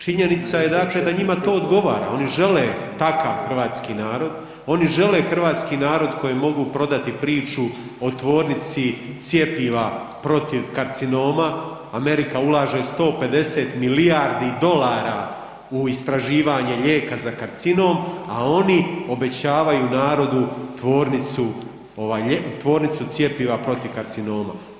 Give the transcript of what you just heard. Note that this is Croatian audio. A činjenica je dakle da njima to odgovara, oni žele takav hrvatski narod, oni žele hrvatski narod kojem mogu prodati priču o Tvornici cjepiva protiv karcinoma, Amerika ulaže 150 milijardi dolara u istraživanje lijeka za karcinom, a oni obećavaju narodu tvornicu ovaj Tvornicu cjepiva protiv karcinoma.